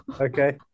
okay